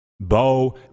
Bo